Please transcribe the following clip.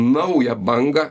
naują bangą